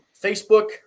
Facebook